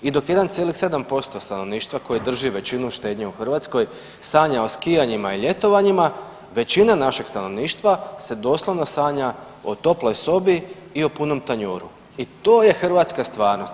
I dok 1,7% stanovništva koji drži većinu štednje u Hrvatskoj sanja o skijanjima i ljetovanjima, većina našeg stanovništva se doslovno sanja o toploj sobi i o punom tanjuru i to je hrvatska stvarnost.